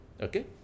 okay